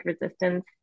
resistance